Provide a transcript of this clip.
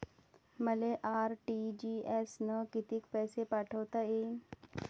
मले आर.टी.जी.एस न कितीक पैसे पाठवता येईन?